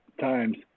times